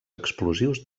explosius